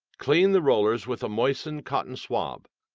clean the rollers with a moistened cotton swab,